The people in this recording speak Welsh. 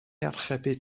archebu